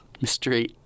mystery